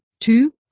Two